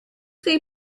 they